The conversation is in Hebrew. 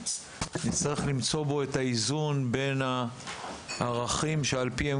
נצטרך למצוא בו את האיזון בין הערכים שעל פיהם